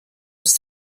was